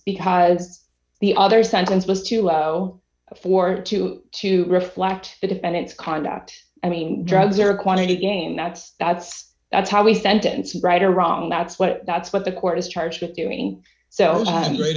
because the other sentence was too low for two to reflect the defendant's conduct i mean drugs or quantity again that's that's that's how we sentence right or wrong that's what that's what the court is charged with doing so great